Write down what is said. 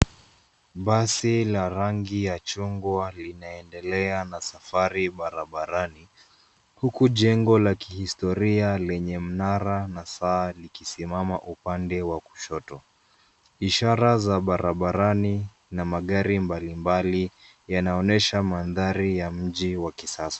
Basi la rangi ya chungwa linaendelea na safari barabarani, huku jengo la kihistoria lenye mnara na saa likisimama upande wa kushoto. Ishara za barabarani na magari mbalimbali yanaonesha mandhari ya mji wa kisasa.